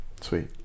Sweet